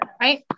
right